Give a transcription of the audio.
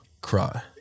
cry